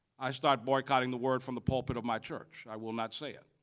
i start boycotting the word from the pulpit of my church. i will not say it.